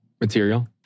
material